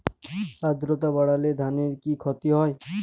আদ্রর্তা বাড়লে ধানের কি ক্ষতি হয়?